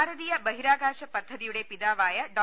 ഭാരതീയ ബഹിരാകാശ പദ്ധതിയുടെ പിതാവായ ഡോ